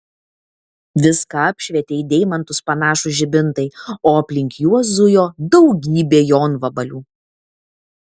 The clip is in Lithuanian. viską apšvietė į deimantus panašūs žibintai o aplink juos zujo daugybė jonvabalių